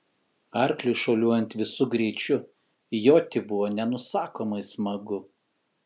arkliui šuoliuojant visu greičiu joti buvo nenusakomai smagu